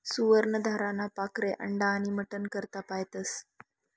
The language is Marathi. सुवर्ण धाराना पाखरे अंडा आनी मटन करता पायतस